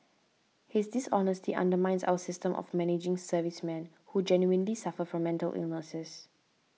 his dishonesty undermines our system of managing servicemen who genuinely suffer from mental illnesses